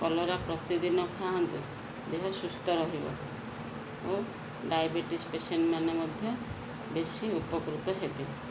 କଲରା ପ୍ରତିଦିନ ଖାଆନ୍ତୁ ଦେହ ସୁସ୍ଥ ରହିବ ଓ ଡାଇବେଟିସ୍ ପେସେଣ୍ଟ ମାନେ ମଧ୍ୟ ବେଶୀ ଉପକୃତ ହେବେ